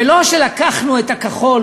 ולא שלקחנו את הכחול,